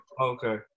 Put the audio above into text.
Okay